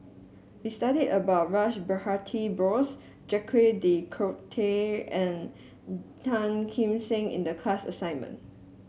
we studied about Rash Behari Bose Jacques De Coutre and Tan Kim Seng in the class assignment